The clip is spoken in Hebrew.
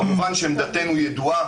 כמובן שעמדתנו ידועה.